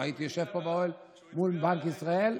ישבתי פה באוהל מול בנק ישראל.